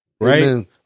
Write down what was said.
Right